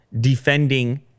defending